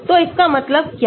तो इसका मतलब क्या है